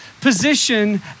position